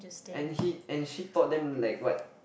and he and she taught them like what